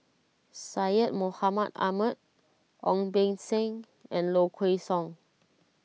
Syed Mohamed Ahmed Ong Beng Seng and Low Kway Song